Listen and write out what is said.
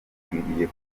akwiriye